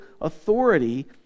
authority